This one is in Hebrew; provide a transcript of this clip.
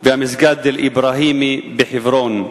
והמסגד אל-אברהימי בחברון.